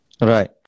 Right